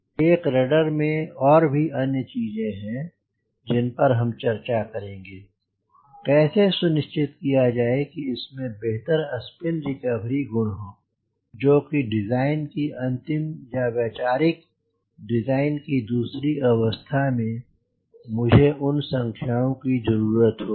एक रडर में और भी अन्य चीजें हैं जिन पर हम चर्चा करेंगे कैसे सुनिश्चित किया जाये कि इसमें बेहतर स्पिन रिकवरी गुण हों जो कि डिज़ाइन की अंतिम या वैचारिक डिज़ाइन की दूसरी अवस्था में मुझे उन संख्याओं की जरुरत होगी